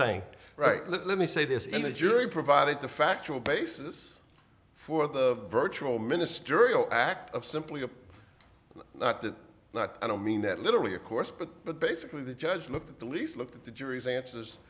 saying right let me say this in the jury provided the factual basis for the virtual ministerial act of simply a lot i don't mean that literally of course but but basically the judge looked at the least looked at the jury's answers